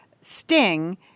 Sting